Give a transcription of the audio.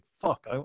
fuck